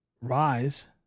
rise